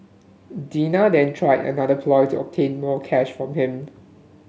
Dina then tried another ploy to obtain more cash from him